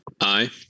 Aye